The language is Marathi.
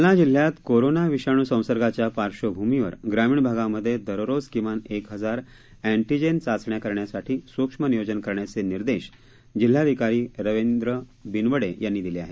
जालना जिल्ह्यात कोरोना विषाणू संसर्गाच्या पार्श्वभूमीवर ग्रामीण भागामध्ये दररोज किमान एक हजार अँटीजेन चाचण्या करण्यासाठी स्क्ष्म नियोजन करण्याचे निर्देश जिल्हाधिकारी रवींद्र बिनवडे यांनी दिले आहेत